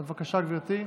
בבקשה, גברתי,